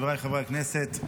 חבריי חברי הכנסת,